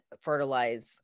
fertilize